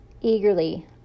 Eagerly